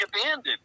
abandoned